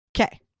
Okay